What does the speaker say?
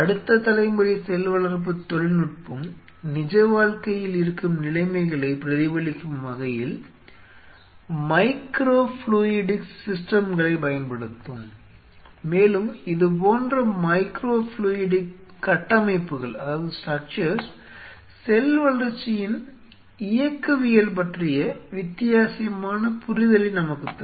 அடுத்த தலைமுறை செல் வளர்ப்பு தொழில்நுட்பம் நிஜ வாழ்க்கையில் இருக்கும் நிலைமைகளைப் பிரதிபலிக்கும் வகையில் மைக்ரோ ஃப்ளூயிடிக்ஸ் சிஸ்டம்களைப் பயன்படுத்தும் மேலும் இதுபோன்ற மைக்ரோ ஃப்ளூயிடிக் கட்டமைப்புகள் செல் வளர்ச்சியின் இயக்கவியல் பற்றிய வித்தியாசமான புரிதலை நமக்குத் தரும்